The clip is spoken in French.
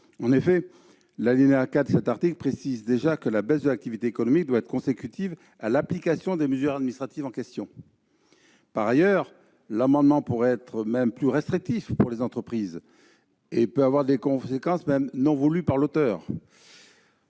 en effet, l'alinéa 4 de l'article 1 précise déjà que la baisse de l'activité économique doit être consécutive à l'application des mesures administratives en question. Par ailleurs, l'amendement pourrait être plus restrictif pour les entreprises que le texte de la commission et avoir des conséquences non voulues par leurs